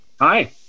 hi